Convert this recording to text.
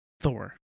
Thor